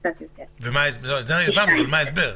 את זה הבנו, אבל מה ההסבר?